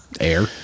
air